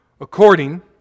According